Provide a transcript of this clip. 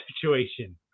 situation